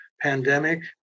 pandemic